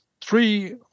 three